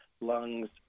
lungs